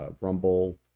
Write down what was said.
Rumble